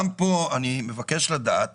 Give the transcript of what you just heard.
גם פה אני מבקש לדעת